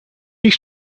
ich